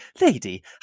lady